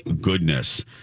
goodness